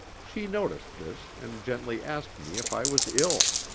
she noticed this, and gently asked me if i was ill.